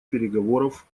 переговоров